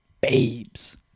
babes